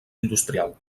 industrial